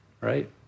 right